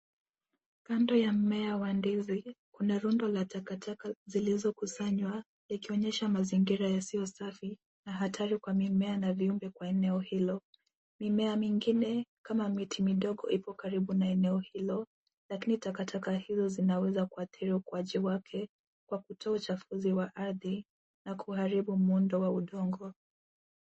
Kando ya mmea wa ndizi kuna rundo la takataka zilizokusanywa ikionyesha mazingira yasiyo safi na hatari kwa mimea na viumbe kwa eneo hilo. Mimea mingine kama miti midogo iko karibu na eneo hilo lakini takataka hizo zinaweza kuathiri ukuaji wake kwa kutoa uchafuzi wa ardhi na kuharibu muundo wa udongo.